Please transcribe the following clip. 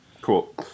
Cool